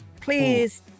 please